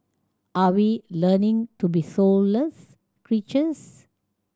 are we learning to be soulless creatures